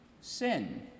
sin